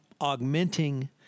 augmenting